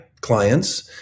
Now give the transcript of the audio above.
clients